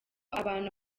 abantu